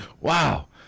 Wow